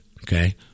okay